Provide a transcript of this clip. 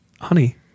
honey